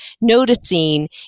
noticing